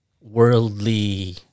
worldly